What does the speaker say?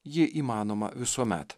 ji įmanoma visuomet